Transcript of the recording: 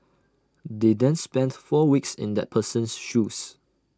they then spend four weeks in that person's shoes